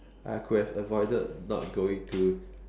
I could have avoided not going to